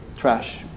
trash